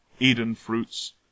Eden-fruits